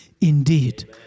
indeed